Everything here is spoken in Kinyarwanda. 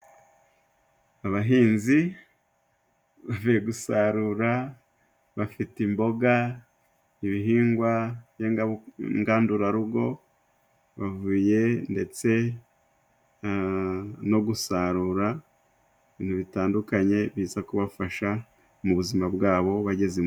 Abahinzi bavuye gusarura bafite imboga, ibihingwa ngandurarugo bavuye ndetse no gusarura ibintu bitandukanye biza kubafasha mu buzima bwabo bageze mu rugo.